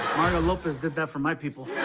mario lopez did that for my people.